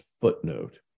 footnote